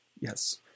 Yes